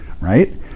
Right